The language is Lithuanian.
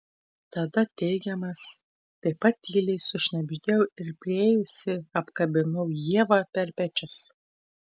tada teigiamas taip pat tyliai sušnabždėjau ir priėjusi apkabinau ievą per pečius